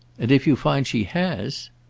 and if you find she has?